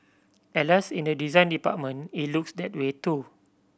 Alas in the design department it looks that way too